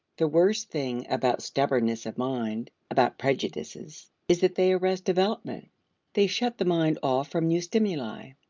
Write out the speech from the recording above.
the worst thing about stubbornness of mind, about prejudices, is that they arrest development they shut the mind off from new stimuli.